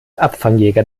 abfangjäger